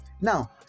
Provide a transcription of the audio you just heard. now